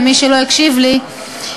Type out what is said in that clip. למי שלא הקשיב לי,